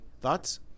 Thoughts